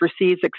receives